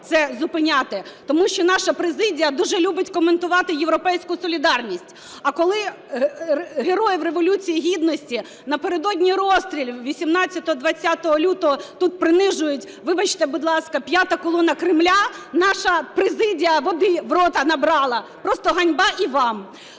це зупиняти. Тому що наша президія дуже любить коментувати "Європейську солідарність", а коли Героїв Революції Гідності напередодні розстрілів 18-20 лютого тут принижують, вибачте, будь ласка, "п'ята колона" Кремля, наша президія води в рота набрала. Просто ганьба і вам!